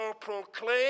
proclaim